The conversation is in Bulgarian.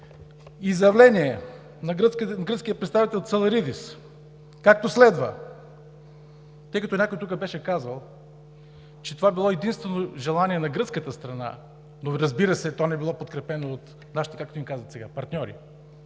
изявление на гръцкия представител Цаларидис. Тъй като някой тук беше казал, че това е било единствено желание на гръцката страна, но, разбира се, то не било подкрепено от нашите – как им казват сега, партньори